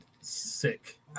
sick